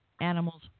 animals